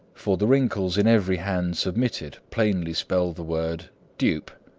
for the wrinkles in every hand submitted plainly spell the word dupe.